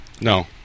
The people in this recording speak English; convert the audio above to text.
No